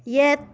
ꯌꯦꯠ